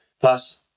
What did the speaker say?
plus